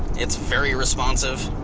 it's very responsive,